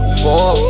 four